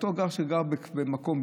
אותו אדם שגר במקום,